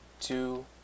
two